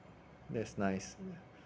that's nice